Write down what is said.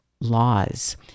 laws